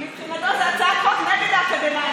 מבחינתו זאת הצעת חוק נגד האקדמאים,